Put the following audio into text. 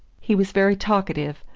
he was very talkative,